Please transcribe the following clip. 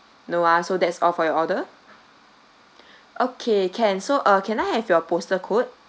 no ah so that's all for your order okay can so uh can I have your postal code